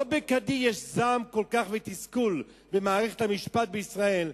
לא בכדי יש זעם רב כל כך ותסכול במערכת המשפט בישראל,